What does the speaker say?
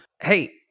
Hey